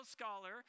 scholar